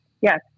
yes